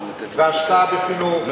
והשקעה בחינוך,